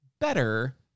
better